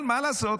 מה לעשות,